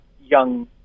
young